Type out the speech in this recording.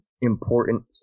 important